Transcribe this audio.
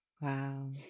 Wow